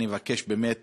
אבקש באמת